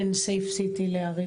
חיזק קשרי קהילה בכלל,